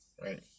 Right